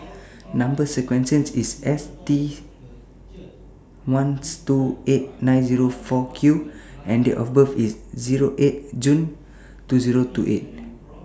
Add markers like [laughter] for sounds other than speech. Number sequence IS S T one [unintelligible] two eight nine Zero four Q and Date of birth IS Zero eight June two Zero two eight